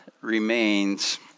remains